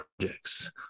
Projects